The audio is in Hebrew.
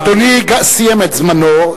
אדוני סיים את זמנו.